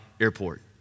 airport